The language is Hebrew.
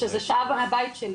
שזה שעה מהבית שלי.